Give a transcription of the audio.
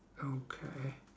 okay